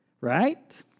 Right